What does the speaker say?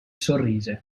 sorrise